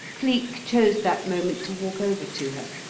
cleek chose that moment to walk over to her,